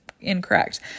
incorrect